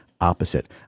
opposite